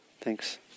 Thanks